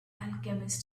alchemist